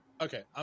okay